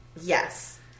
Yes